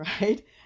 right